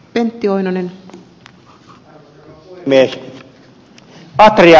arvoisa rouva puhemies